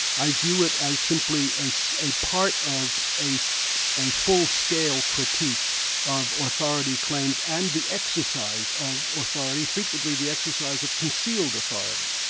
i view it as simply a so a part of a a full-scale critique of ah authority claims and the exercise of authority, frequently the exercise of concealed authority.